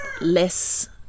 less